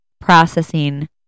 processing